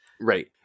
Right